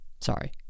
Sorry